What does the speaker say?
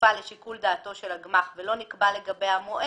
שכפופה לשיקול דעתו של הגמ"ח ולא נקבע לגביה מועד,